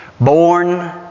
born